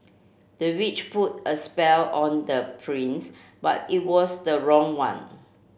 the witch put a spell on the prince but it was the wrong one